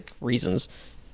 reasons